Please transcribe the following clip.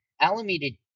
Alameda